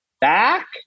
back